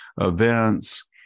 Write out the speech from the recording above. events